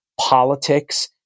politics